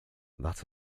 that